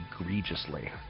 egregiously